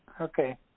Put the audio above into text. okay